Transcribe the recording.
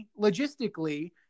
logistically